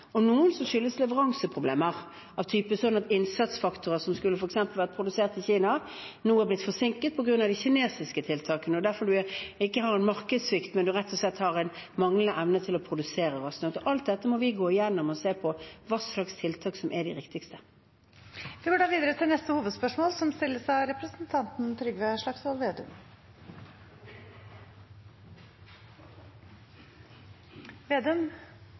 og noen som skyldes leveranseproblemer, f.eks. av typen at innsatsfaktorer som skulle ha vært produsert i Kina, nå er blitt forsinket på grunn av de kinesiske tiltakene. Da har man derfor ikke en markedssvikt, men rett og slett en manglende evne til å produsere raskt nok. Alt dette må vi gå gjennom og se på hva slags tiltak som er de riktigste. Vi går da videre til neste hovedspørsmål.